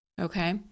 okay